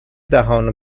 دهان